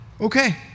okay